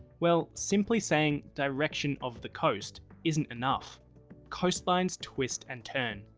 well, simply saying direction of the coast isn't enough coastlines twist and turn,